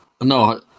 No